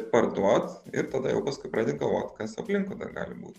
parduot ir tada jau paskui pradedi galvot kas aplinkui dar gali būt